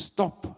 Stop